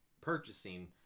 purchasing